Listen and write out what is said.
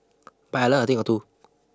but I learnt a thing or two